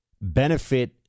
benefit